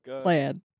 plan